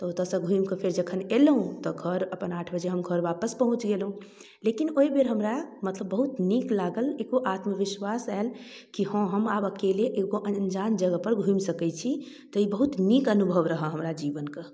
तऽ ओतसँ घुमिकऽ तऽ जखन अयलहुँ तऽ घर अपन आठ बजे हम घर वापस पहुँच गेलहुँ लेकिन ओइबेर हमरा मतलब बहुत नीक लागल की ईहो आत्मविश्वास आयल कि हँ हम आब अकेले एगो अन्जान जगहपर घुमि सकै छी ई बहुत नीक अनुभव रहय जीवनके